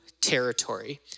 territory